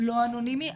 לא אנונימי,